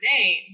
name